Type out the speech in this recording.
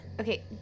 Okay